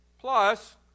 Plus